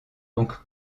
donc